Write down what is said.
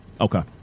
Okay